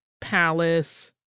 palace